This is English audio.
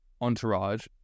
entourage